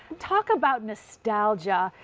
talk about nostalgia,